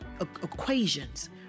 equations